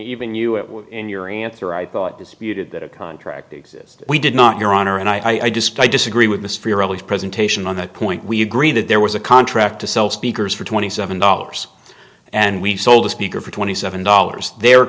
even you it in your answer i thought disputed that a contract exists we did not your honor and i just i disagree with mr presentation on that point we agree that there was a contract to sell speakers for twenty seven dollars and we sold the speaker for twenty seven dollars the